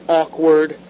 awkward